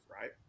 right